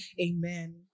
Amen